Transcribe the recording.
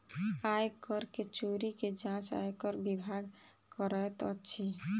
आय कर के चोरी के जांच आयकर विभाग करैत अछि